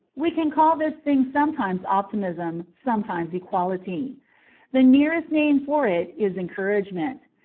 we can call this thing sometimes optimism, sometimes equality the nearest name for it is encouragement.